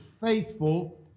faithful